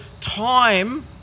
time